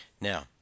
Now